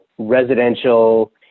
residential